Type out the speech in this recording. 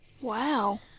Wow